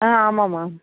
ஆ ஆமாமா